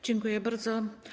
Dziękuję bardzo.